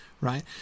right